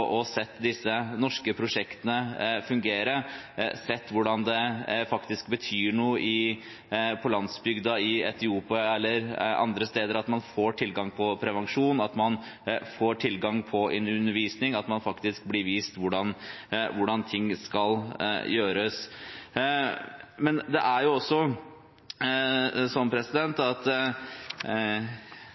sett disse norske prosjektene fungere, sett hvordan det faktisk betyr noe på landsbygda i Etiopia eller andre steder at man får tilgang på prevensjon, at man får tilgang på undervisning, at man faktisk blir vist hvordan ting skal gjøres. Men det er også sånn at jeg fikk litt følelsen av at